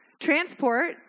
Transport